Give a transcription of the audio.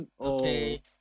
Okay